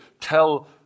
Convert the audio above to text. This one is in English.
tell